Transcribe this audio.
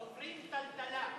עוברות טלטלה.